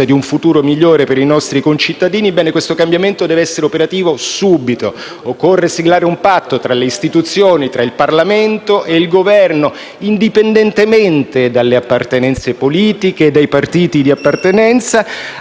di un futuro migliore per i nostri concittadini, ebbene, questo cambiamento deve essere operativo subito. Occorre siglare un patto tra le istituzioni, il Parlamento e il Governo, indipendentemente dalle appartenenze politiche e dai partiti di appartenenza,